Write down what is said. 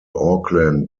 auckland